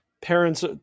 parents –